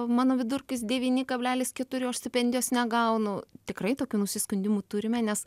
mano vidurkis devyni kablelis keturi o aš stipendijos negaunu tikrai tokių nusiskundimų turime nes